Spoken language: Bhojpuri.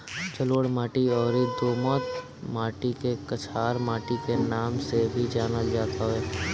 जलोढ़ माटी अउरी दोमट माटी के कछार माटी के नाम से भी जानल जात हवे